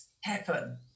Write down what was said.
happen